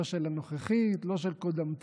לא של הנוכחית, לא של קודמתה,